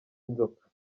nzoka